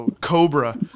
Cobra